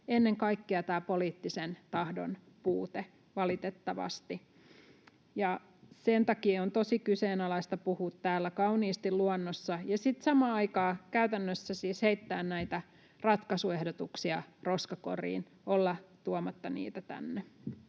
ennen kaikkea poliittisen tahdon puute, valitettavasti. Sen takia on tosi kyseenalaista puhua täällä kauniisti luonnosta ja sitten samaan aikaan käytännössä siis heittää näitä ratkaisuehdotuksia roskakoriin, olla tuomatta niitä tänne.